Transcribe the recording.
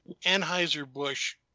Anheuser-Busch